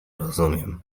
rozumiem